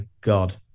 God